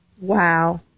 Wow